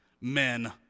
Men